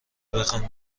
بخواین